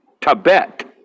Tibet